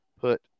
put